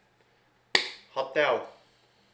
hotel